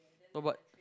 no but